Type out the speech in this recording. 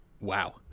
Wow